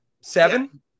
Seven